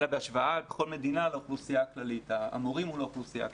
אלא בהשוואה בכל מדינה של המורים לאוכלוסייה הכללית.